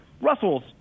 Russell's –